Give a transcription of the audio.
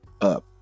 up